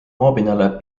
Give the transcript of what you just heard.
maapinnale